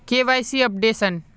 KYC updation?